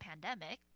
pandemic